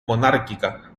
monárquica